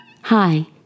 Hi